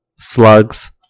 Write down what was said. slugs